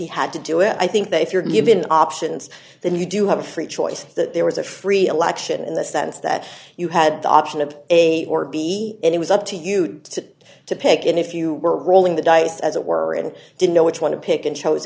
he had to do it i think that if you're given options then you do have a free choice that there was a free election in the sense that you had the option of a or b and it was up to you to to pick and if you were rolling the dice as it were and didn't know which one to pick and chose